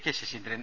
K Saseendran